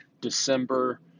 December